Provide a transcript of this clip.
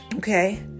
Okay